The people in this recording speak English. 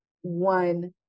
one